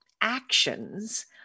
actions